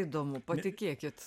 įdomu patikėkit